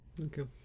Okay